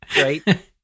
right